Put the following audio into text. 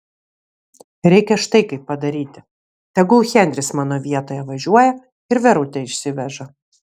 reikia štai kaip padaryti tegul henris mano vietoje važiuoja ir verutę išsiveža